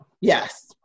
yes